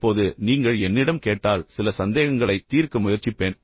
இப்போது நீங்கள் என்னிடம் கேட்டால் சில சந்தேகங்களைத் தீர்க்க முயற்சிப்பேன்